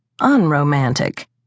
unromantic